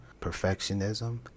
perfectionism